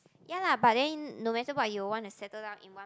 ya lah but then no matter what you'll want to settle down in one